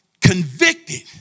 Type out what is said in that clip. convicted